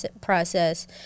process